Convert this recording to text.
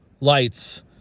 lights